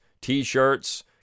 T-shirts